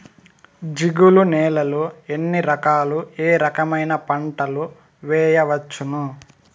జిగురు నేలలు ఎన్ని రకాలు ఏ రకమైన పంటలు వేయవచ్చును?